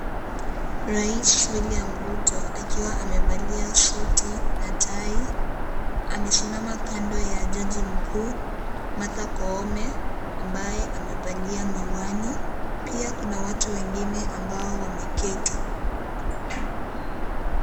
Rais William ruto akiwa amevalia suti na tai. Amesimama kando ya jaji mkuu Martha koome ambaye amevalia miwani pia kuna watu wengine ambao wameketi.